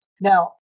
Now